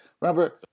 Remember